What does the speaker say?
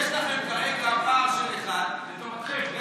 יש לכם כרגע פער של אחד לטובתכם,